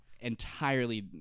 entirely